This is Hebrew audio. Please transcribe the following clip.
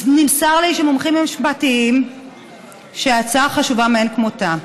נמסר לי ממומחים משפטיים שההצעה חשובה מאין כמותה.